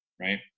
right